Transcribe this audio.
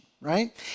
right